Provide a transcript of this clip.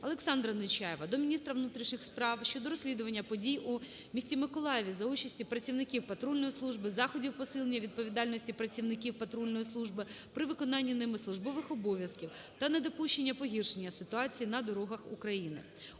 Олександра Нечаєва до міністра внутрішніх справ щодо розслідування події у місті Миколаєві за участі працівників патрульної служби, заходів посилення відповідальності працівників патрульної служби при виконанні ними службових обов'язків, та недопущення погіршення ситуації на дорогах України.